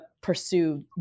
pursue